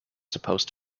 supposed